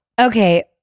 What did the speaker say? Okay